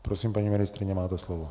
Prosím, paní ministryně, máte slovo.